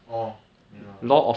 orh 没有 lah